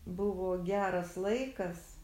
buvo geras laikas